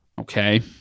okay